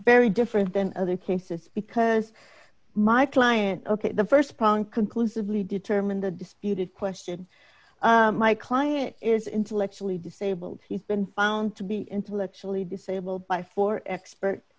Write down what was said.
very different than other cases because my client ok the st problem conclusively determine the disputed question my client is intellectually disabled he's been found to be intellectually disabled by for expert